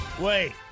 Wait